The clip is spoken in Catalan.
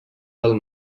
del